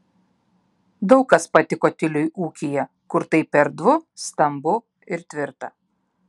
daug kas patiko tiliui ūkyje kur taip erdvu stambu ir tvirta